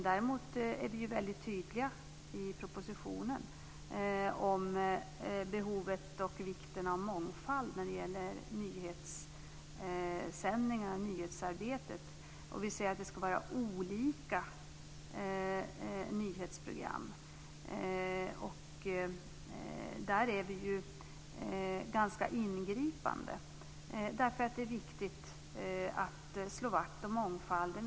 Däremot är vi väldigt tydliga i propositionen kring behovet och vikten av mångfald beträffande nyhetssändningar och nyhetsarbetet. Vi säger att det ska vara olika nyhetsprogram. Där är vi ganska ingripande därför att det är viktigt att slå vakt om mångfalden.